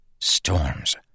Storms